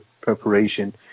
preparation